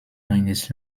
eines